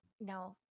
no